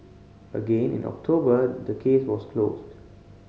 again in October the case was closed